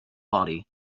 body